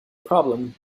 problem